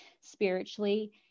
spiritually